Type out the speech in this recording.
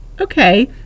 okay